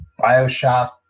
Bioshock